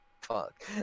Fuck